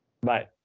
Bye